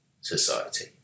society